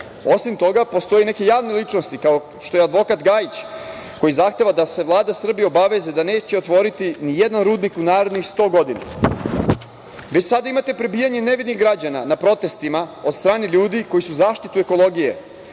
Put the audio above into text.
Osim toga postoji neke javne ličnosti, kao što je advokat Gajić, koji zahteva da se Vlada Srbije obaveže da neće otvoriti nijedan rudnik u narednih 100 godina. Već sada imate prebijanje nevinih građana na protestima od strane ljudi koji su za zaštitu ekologije